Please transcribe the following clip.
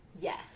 Yes